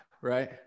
right